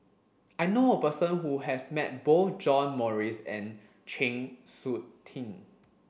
I know a person who has met both John Morrice and Chng Seok Tin